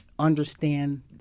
understand